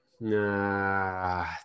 nah